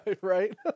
Right